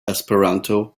esperanto